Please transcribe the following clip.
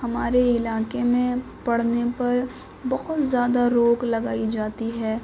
ہمارے علاقے میں پڑھنے پر بہت زیادہ روک لگائی جاتی ہے